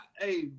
hey